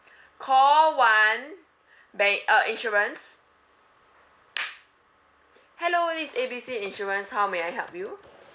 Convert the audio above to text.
call one ban~ uh insurance hello this is A B C insurance how may I help you